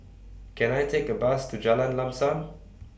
Can I Take A Bus to Jalan Lam SAM